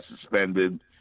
suspended